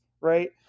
right